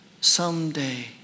someday